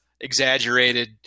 exaggerated